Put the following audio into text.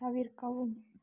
தவிர்க்கவும்